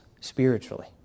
spiritually